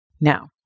Now